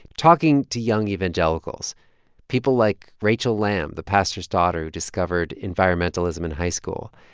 talking to young evangelicals people like rachel lamb, the pastor's daughter who discovered environmentalism in high school.